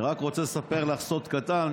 אני רק רוצה לספר לך סוד קטן,